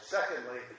Secondly